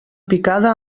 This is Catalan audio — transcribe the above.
picada